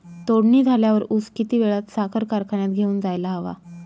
तोडणी झाल्यावर ऊस किती वेळात साखर कारखान्यात घेऊन जायला हवा?